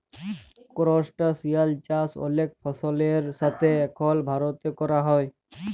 করসটাশিয়াল চাষ অলেক সাফল্যের সাথে এখল ভারতে ক্যরা হ্যয়